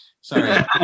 Sorry